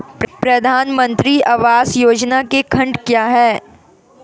प्रधानमंत्री आवास योजना के खंड क्या हैं?